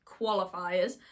qualifiers